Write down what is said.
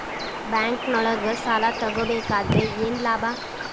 ಬ್ಯಾಂಕ್ನೊಳಗ್ ಸಾಲ ತಗೊಬೇಕಾದ್ರೆ ಏನ್ ಲಾಭ?